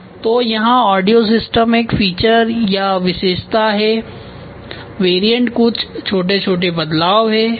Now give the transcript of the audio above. तो यहाँ audio system एक फीचर या विशेषता है वेरिएंट कुछ छोटे बदलाव हैं